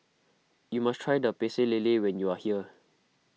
you must try the Pecel Lele when you are here